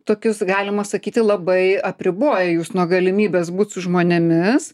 tokius galima sakyti labai apriboja jus nuo galimybės būt su žmonėmis